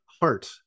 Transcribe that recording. heart